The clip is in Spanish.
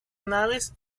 naves